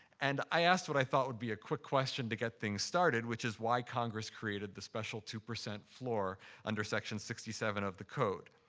and i asked what i thought would be a quick question to get things started, which is why congress created the special two percent floor under section sixty seven of the code.